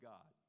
God